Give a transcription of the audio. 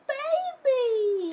baby